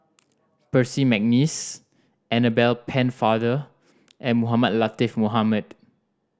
Percy McNeice Annabel Pennefather and Mohamed Latiff Mohamed